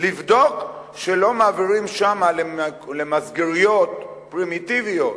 לבדוק שלא מעבירים שמה למסגריות פרימיטיביות